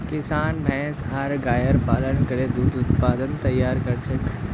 किसान भैंस आर गायर पालन करे दूध उत्पाद तैयार कर छेक